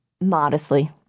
Modestly